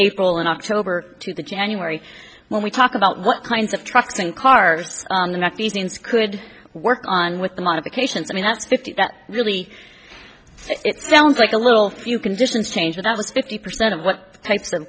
april and october to january when we talk about what kinds of trucks and cars could work on with the modifications i mean that's fifty that really it sounds like a little few conditions change that was fifty percent of what types of